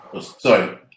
Sorry